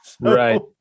Right